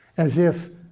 as if